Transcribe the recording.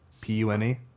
P-U-N-E